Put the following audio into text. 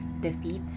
defeats